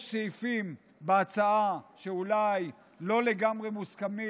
יש סעיפים בהצעה שאולי לא לגמרי מוסכמים.